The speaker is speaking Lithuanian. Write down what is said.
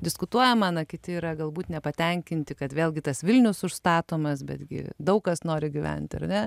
diskutuojama na kiti yra galbūt nepatenkinti kad vėlgi tas vilnius užstatomas betgi daug kas nori gyventi ar ne